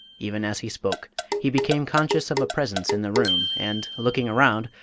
even as he spoke he became conscious of a presence in the room, and, looking round,